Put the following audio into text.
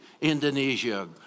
Indonesia